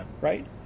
right